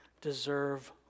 deserve